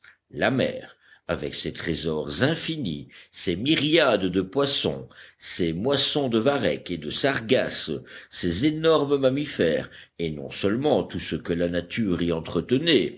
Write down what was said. la mer avec ses trésors infinis ses myriades de poissons ses moissons de varechs et de sargasses ses énormes mammifères et non seulement tout ce que la nature y entretenait